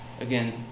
again